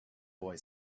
boy